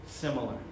similar